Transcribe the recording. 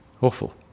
Awful